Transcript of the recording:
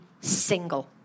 single